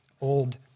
old